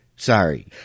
Sorry